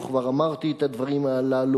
וכבר אמרתי את הדברים הללו,